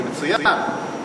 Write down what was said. וזה מצוין,